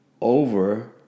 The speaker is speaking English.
over